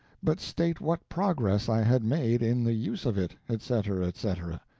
but state what progress i had made in the use of it, etc, etc.